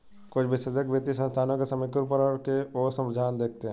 कुछ विशेषज्ञ वित्तीय संस्थानों के समरूपीकरण की ओर रुझान देखते हैं